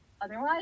otherwise